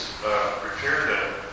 prepared